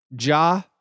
Ja